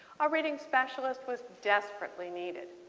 our reading specialist was desperately needed.